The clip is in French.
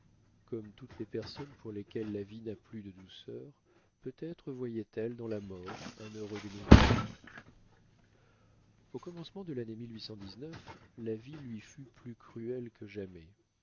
comme toutes les personnes pour lesquelles la vie n'a plus de douceur peut-être voyait-elle dans la mort un heureux dénouement au commencement de l'année la vie lui fut plus cruelle que jamais